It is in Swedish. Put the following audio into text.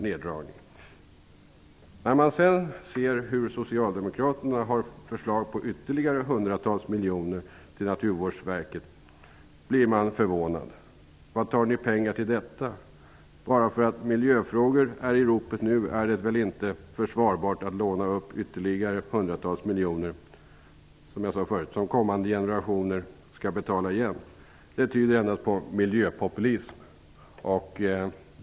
När man sedan ser hur Socialdemokraterna har förslag om ytterligare hundratals miljoner till Naturvårdsverket blir man förvånad. Varifrån tar ni pengar till detta? Bara därför att miljöfrågor nu är i ropet är det väl inte försvarbart att låna upp ytterligare hundratals miljoner som kommande generationer skall betala igen? Detta tyder endast på miljöpopulism.